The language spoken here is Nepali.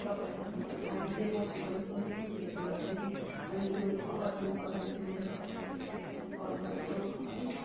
तपाईँहरूलाई पनि म त्यो साडी देखाउँछु पनि कुनै दिन भेट हुदाँखेरि अनि यो खबर दिनुको लागि चाहिँ मैले तपाईँलाई कल गरेको है